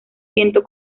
viento